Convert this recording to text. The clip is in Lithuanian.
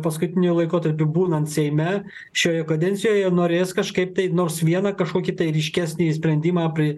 paskutiniu laikotarpiu būnant seime šioje kadencijoje norės kažkaip tai nors vieną kažkokį tai ryškesnį sprendimą pri